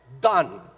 Done